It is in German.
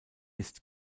ist